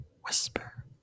whisper